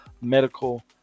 medical